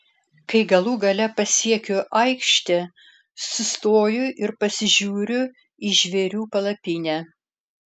kai galų gale pasiekiu aikštę sustoju ir pasižiūriu į žvėrių palapinę